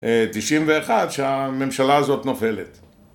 תשעים ואחת שהממשלה הזאת נופלת